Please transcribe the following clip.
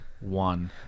one